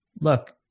look